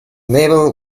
label